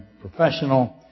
professional